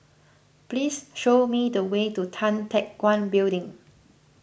please show me the way to Tan Teck Guan Building